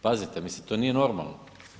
Pazite, mislim to nije normalno.